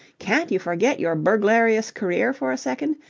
can't you forget your burglarious career for a second?